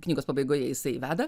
knygos pabaigoje jisai veda